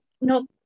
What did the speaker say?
no